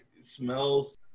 smells